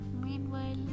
Meanwhile